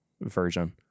version